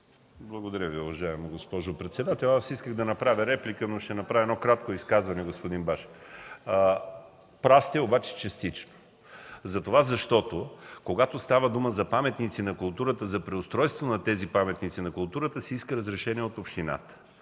Благодаря Ви, уважаема госпожо председател. Исках да направя реплика, но ще направя едно кратко изказване. Господин Башев, прав сте, обаче частично, защото, когато става дума за паметници на културата, за преустройство на тези паметници на културата, се иска разрешение от общината.